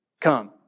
come